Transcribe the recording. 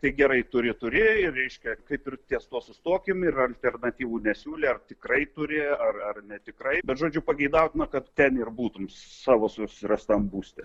tai gerai turi turi ir reiškia kaip ir ties tuo sustokim ir alternatyvų nesiūlė ar tikrai turi ar ar netikrai bet žodžiu pageidautina kad ten ir būtum savo susirastam būste